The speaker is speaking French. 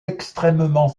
extrêmement